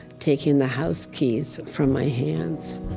taking the house keys from my hands.